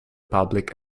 public